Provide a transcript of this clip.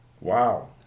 Wow